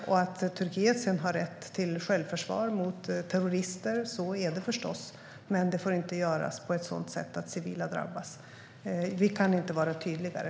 Turkiet har förstås rätt till självförsvar mot terrorister, men det får inte göras på ett sådant sätt att civila drabbas. Vi kan inte vara tydligare.